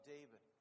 David